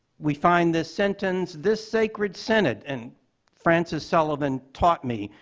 we find this sentence, this sacred synod, and francis sullivan taught me,